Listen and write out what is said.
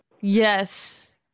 Yes